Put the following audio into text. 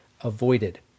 avoided